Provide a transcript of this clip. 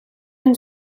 een